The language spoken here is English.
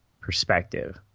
perspective